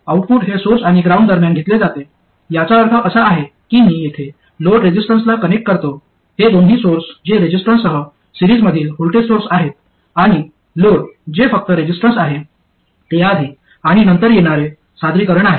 output हे source आणि ground दरम्यान घेतले जाते याचा अर्थ असा आहे की मी येथे लोड रेझिस्टन्सला कनेक्ट करतो हे दोन्ही सोर्स जे रेझिस्टन्ससह सिरीज मधील व्होल्टेज सोर्स आहेत आणि लोड जे फक्त रेझिस्टन्स आहे ते आधी आणि नंतर येणारे सादरीकरण आहे